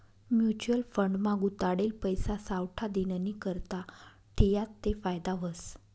mutual fund मा गुताडेल पैसा सावठा दिननीकरता ठियात ते फायदा व्हस